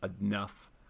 enough